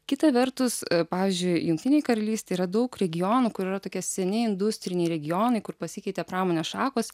kita vertus pavyzdžiui jungtinėj karalystėj yra daug regionų kur yra tokie seni industriniai regionai kur pasikeitė pramonės šakos